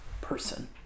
person